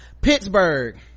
Pittsburgh